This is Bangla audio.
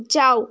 যাও